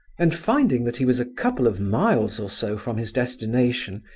and finding that he was a couple of miles or so from his destination,